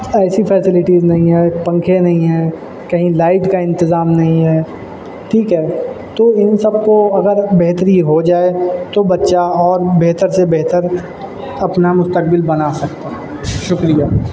ایسی فیسلٹیز نہیں ہیں پنکھے نہیں ہیں کہیں لائٹ کا انتظام نہیں ہے ٹھیک ہے تو ان سب کو اگر بہتری ہو جائے تو بچہ اور بہتر سے بہتر اپنا مستقبل بنا سکتا ہے شکریہ